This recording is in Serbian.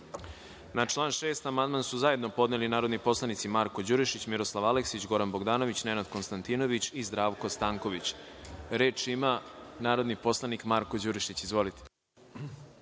član 6. amandman su zajedno podneli narodni poslanici Marko Đurišić, Miroslav Aleksić, Goran Bogdanović, Nenad Konstantinović i Zdravko Stanković. Reč ima narodni poslanik Marko Đurišić. Izvolite.